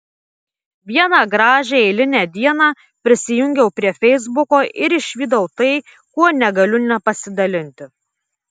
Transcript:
vieną gražią eilinę dieną prisijungiau prie feisbuko ir išvydau tai kuo negaliu nepasidalinti